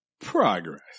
Progress